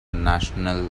national